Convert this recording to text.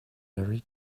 very